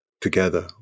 together